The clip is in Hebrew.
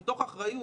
מתוך אחריות